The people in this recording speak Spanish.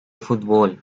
fútbol